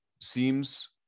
seems